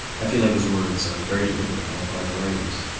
i feel like those words are very deliberate on the part of the writers.